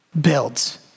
builds